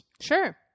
Sure